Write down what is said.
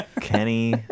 Kenny